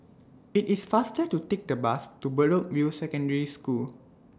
IT IS faster to Take The Bus to Bedok View Secondary School